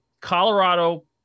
Colorado